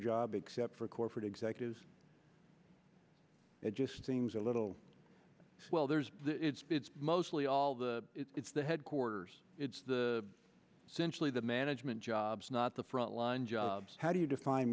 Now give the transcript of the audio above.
job except for corporate executives it just seems a little well there's mostly all the it's the headquarters it's the centrally the management jobs not the front line jobs how do you define